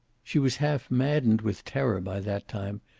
she was half-maddened with terror by that time,